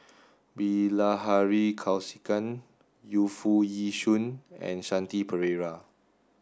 Bilahari Kausikan Yu Foo Yee Shoon and Shanti Pereira